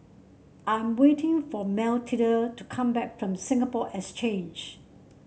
I'm waiting for Mathilde to come back from Singapore Exchange